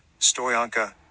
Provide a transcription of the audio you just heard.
stoyanka